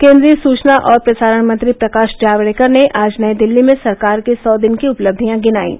केन्द्रीय सुचना और प्रसारण मंत्री प्रकाश जावड़ेकर ने आज नई दिल्ली में सरकार की सौ दिनों की उपलब्धियां गिनायीं